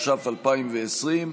התש"ף 2020,